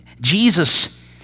Jesus